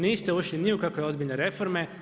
Niste ušli ni u kakve ozbiljne reforme.